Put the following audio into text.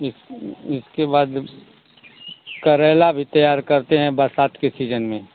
इस इसके बाद करेला भी तैयार करते हैं बरसात के सीजन में